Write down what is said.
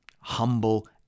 humble